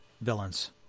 villains